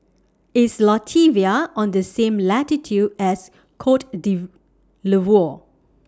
IS Latvia on The same latitude as Cote D'Ivoire